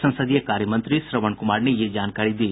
संसदीय कार्य मंत्री श्रवण कुमार ने यह जानकारी दी